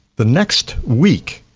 the next week,